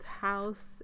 house